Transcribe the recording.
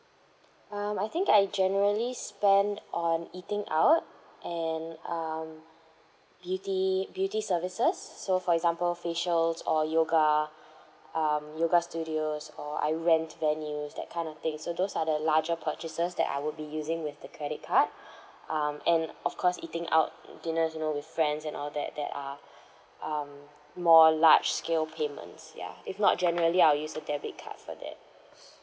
um I think I generally spend um eating out and um beauty beauty services so for example facials or yoga um yoga studios or I rent venues that kind of thing so those are the larger purchases that I would be using with the credit card um and of course eating out dinners you know with friends and all that that are um more large scale payments ya if not generally I'll use the debit card for that